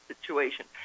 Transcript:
situation